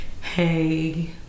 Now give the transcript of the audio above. Hey